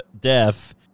death